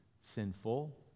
sinful